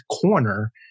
corner